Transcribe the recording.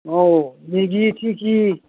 औ मेगि थिगि